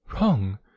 Wrong